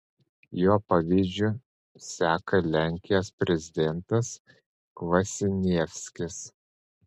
jo pavyzdžiu seka lenkijos prezidentas kvasnievskis